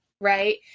Right